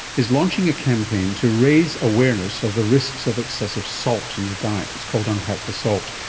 is launching a campaign to raise awareness of the risks of excessive salt in your diet. it's called unpack the salt.